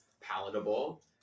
palatable